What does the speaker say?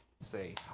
Say